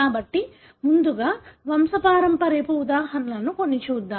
కాబట్టి ముందుగా వంశపరంపర్యపు ఉదాహరణలను కొన్ని చూద్దాం